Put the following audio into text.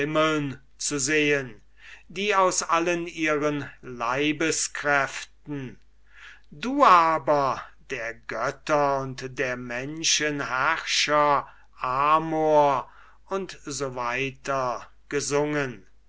zu sehn die aus allen ihren leibeskräften du aber der götter und der menschen herrscher amor u s w gesungen